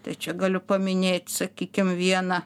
tai čia galiu paminėt sakykim vieną